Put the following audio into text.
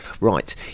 right